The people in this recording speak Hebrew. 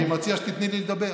אני מציע שתיתני לי לדבר.